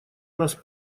нас